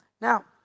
Now